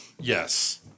Yes